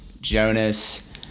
Jonas